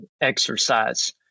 exercise